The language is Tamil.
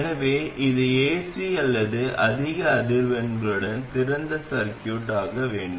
எனவே இது ஏசி அல்லது அதிக அதிர்வெண்களுக்கான திறந்த சர்கியூட் ஆக வேண்டும்